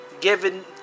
given